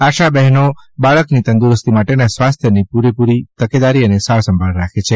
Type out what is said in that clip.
આશા બહેનો બાળકની તંદુરસ્તી માટેના સ્વાસ્થ્યની પુરતી તકેદારી અને સારસંભાળ રાખે છે